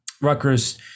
Rutgers